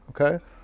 okay